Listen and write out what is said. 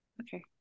Okay